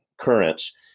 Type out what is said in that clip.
currents